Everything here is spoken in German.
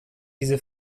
diese